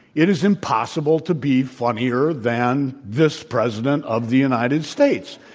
it is impossible to be funnier than this president of the united states.